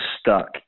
stuck